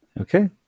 Okay